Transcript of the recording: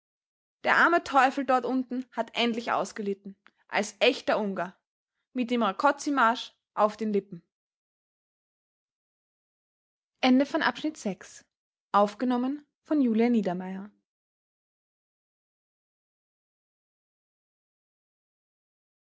der arme teufel dort unten hat endlich ausgelitten als echter ungar mit dem rakoczymarsch auf den lippen